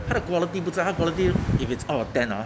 他的 quality 不在它的 quality if it's out of ten ah